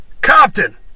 Compton